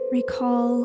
recall